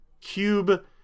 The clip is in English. Cube